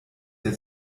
der